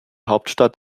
hauptstadt